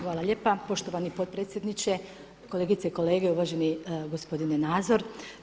Hvala lijepa poštovani potpredsjedniče, kolegice i kolege, uvaženi gospodine Nazor.